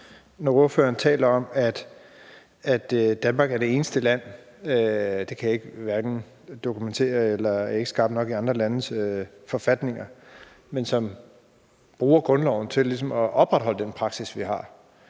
For ordføreren talte om, at Danmark er det eneste land – det kan jeg ikke dokumentere, for jeg er ikke skarp nok i andre landes forfatninger – som bruger grundloven til ligesom at opretholde den praksis, vi har.